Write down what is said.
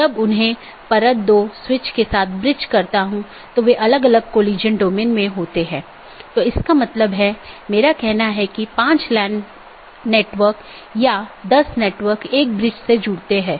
इसलिए पड़ोसियों की एक जोड़ी अलग अलग दिनों में आम तौर पर सीधे साझा किए गए नेटवर्क को सूचना सीधे साझा करती है